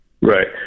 Right